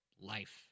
life